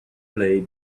play